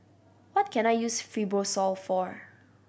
what can I use Fibrosol for